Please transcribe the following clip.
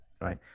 right